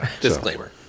disclaimer